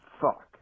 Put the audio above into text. fuck